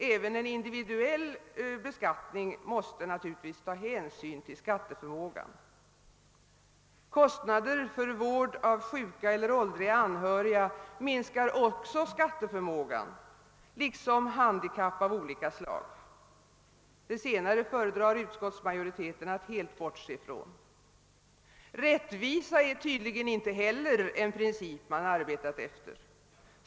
även en individuell beskattning måste naturlitvis ta hänsyn till skatteförmågan. Kostnader för vård av sjuka eller åldriga anhöriga minskar också skatteförmågan liksom handikapp av olika slag; det senare föredrar utskottsmajoriteten att helt bortse ifrån. Rättvisa är tydligen inte heller en princip man arbetat efter.